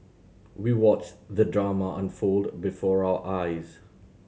we watched the drama unfold before our eyes